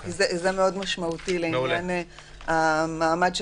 כי זה מאוד משמעותי לעניין המעמד של